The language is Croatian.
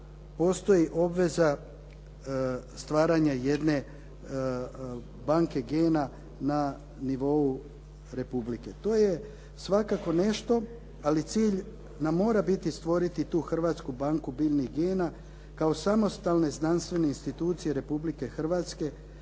postoji obveza stvaranja jedne banke gena na nivou republike. To je svakako nešto, ali cilj nam mora biti stvoriti tu hrvatsku banku biljnih gena kao samostalne znanstvene institucije Republike Hrvatske